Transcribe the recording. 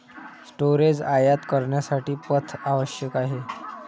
storage आयात करण्यासाठी पथ आवश्यक आहे